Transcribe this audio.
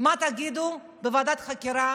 מה תגידו בוועדת חקירה